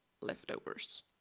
leftovers